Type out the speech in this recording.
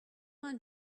find